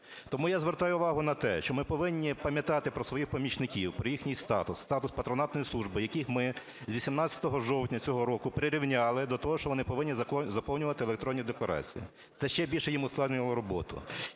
Тому я звертаю увагу на те, що ми повинні пам'ятати про своїх помічників, про їхній статус, статус патронатної служби, яких ми з 18 жовтня цього року прирівняли до того, що вони повинні заповнювати електронні декларації. Це ще більше їм ускладнило роботу.